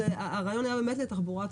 הרעיון היה באמת לתחבורה ציבורית,